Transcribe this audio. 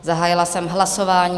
Zahájila jsem hlasování.